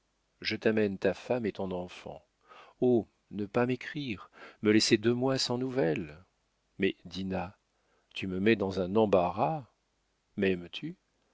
je t'amène ta femme et ton enfant oh ne pas m'écrire me laisser deux mois sans nouvelles mais dinah tu me mets dans un embarras m'aimes-tu